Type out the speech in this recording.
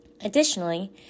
Additionally